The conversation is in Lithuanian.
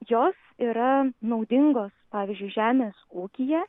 jos yra naudingos pavyzdžiui žemės ūkyje